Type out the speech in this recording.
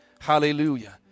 hallelujah